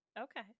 Okay